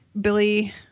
Billy